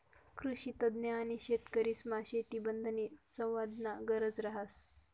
कृषीतज्ञ आणि शेतकरीसमा शेतीसंबंधीना संवादनी गरज रहास